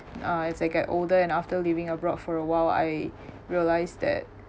uh as I get older and after living abroad for a while I realise that